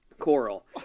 coral